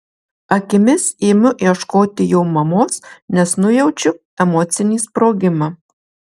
akimis imu ieškoti jo mamos nes nujaučiu emocinį sprogimą